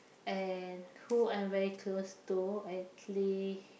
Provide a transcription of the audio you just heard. and who I'm very close to actually